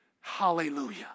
hallelujah